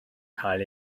cael